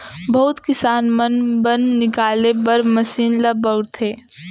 बहुत किसान मन बन निकाले बर मसीन ल बउरथे